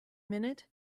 minute